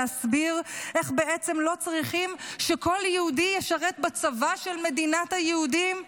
להסביר איך בעצם לא צריכים שכל יהודי ישרת בצבא של מדינת היהודים?